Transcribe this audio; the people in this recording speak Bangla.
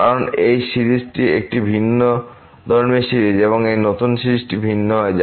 কারণ এই সিরিজটি একটি ভিন্নধর্মী সিরিজ এই নতুন সিরিজটি ভিন্ন হয়ে যায়